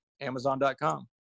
amazon.com